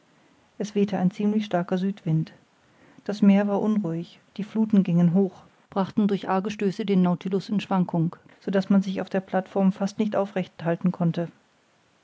es wehte ein ziemlich starker südwind das meer war unruhig die fluthen gingen hoch brachten durch arge stöße den nautilus in schwankung so daß man sich auf der plateform fast nicht aufrecht halten konnte